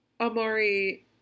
Amari